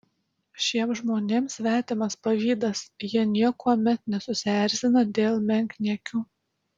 šiems žmonėms svetimas pavydas jie niekuomet nesusierzina dėl menkniekių